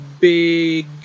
big